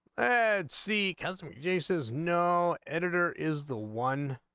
bed c customer base is no editor is the one